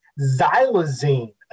xylazine